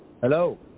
Hello